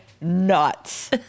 nuts